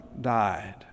died